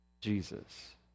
Jesus